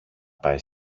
πάει